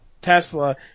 Tesla